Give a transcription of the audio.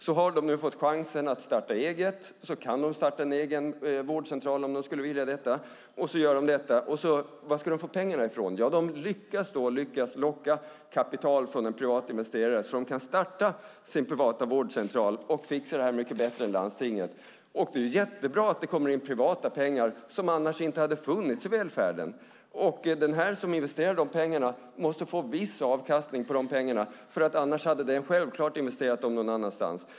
De har fått chansen att starta eget. De kan starta en egen vårdcentral om de skulle vilja detta. Varifrån ska de få pengarna? De lyckas då locka kapital från en privat investerare så att de kan starta sin privata vårdcentral och fixa det här mycket bättre än landstinget. Det är jättebra att det kommer in privata pengar som annars inte hade funnits i välfärden. De som investerar de här pengarna måste få viss avkastning på dem, annars hade de självklart investerat dem någon annanstans.